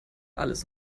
alles